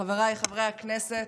חבריי חברי הכנסת,